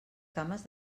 cames